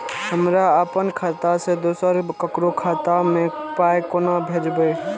हमरा आपन खाता से दोसर ककरो खाता मे पाय कोना भेजबै?